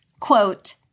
Quote